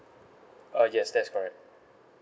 uh yes that's correct